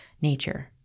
nature